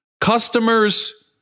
Customers